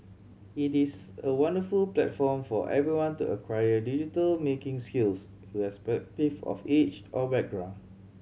it is a wonderful platform for everyone to acquire digital making skills irrespective of age or background